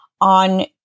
on